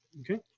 okay